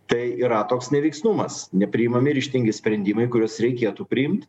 tai yra toks neveiksnumas nepriimami ryžtingi sprendimai kuriuos reikėtų priimt